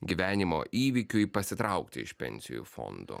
gyvenimo įvykiui pasitraukti iš pensijų fondo